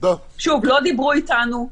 שוב, לא דיברו איתנו.